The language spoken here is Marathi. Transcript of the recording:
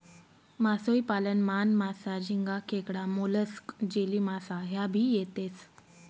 मासोई पालन मान, मासा, झिंगा, खेकडा, मोलस्क, जेलीमासा ह्या भी येतेस